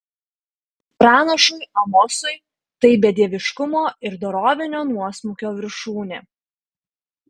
pranašui amosui tai bedieviškumo ir dorovinio nuosmukio viršūnė